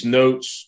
notes